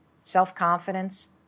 Self-confidence